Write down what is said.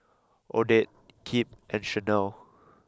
Odette Kipp and Channel